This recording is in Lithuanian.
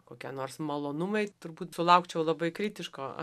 kokia nors malonumai turbūt sulaukčiau labai kritiško